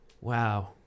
wow